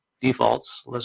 defaults